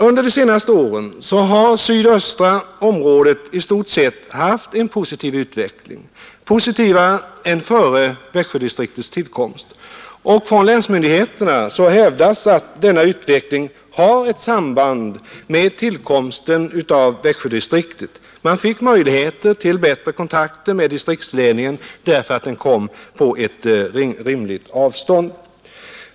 Under de senaste åren har sydöstra området i stort sett haft en positiv utveckling — positivare än före Växjödistriktets tillkomst —, och det hävdas från länsmyndigheterna att denna utveckling har ett samband med tillkomsten av Växjödistriktet. Man fick möjligheter till bättre kontakt med distriktsledningen därför att den kom på ett rimligt avstånd.